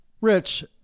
Rich